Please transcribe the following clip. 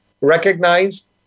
recognized